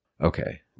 okay